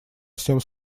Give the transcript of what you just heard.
всем